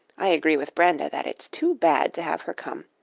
i agree with brenda that it's too bad to have her come.